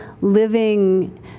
living